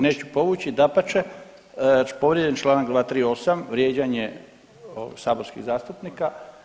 Neću povući, dapače povrijeđen je čl. 238., vrijeđanje saborskih zastupnika.